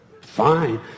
Fine